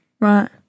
Right